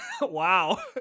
wow